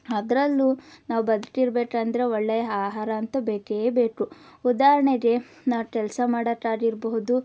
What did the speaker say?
ಅದ್ರಲ್ಲು ನಾವು ಬದುಕಿರಬೇಕಂದ್ರೆ ಒಳ್ಳೆಯ ಆಹಾರ ಅಂತು ಬೇಕೇ ಬೇಕು ಉದಾರಣೆಗೆ ನಾವು ಕೆಲಸ ಮಾಡೋಕಾಗಿರಬಹುದು